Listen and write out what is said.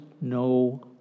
no